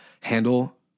handle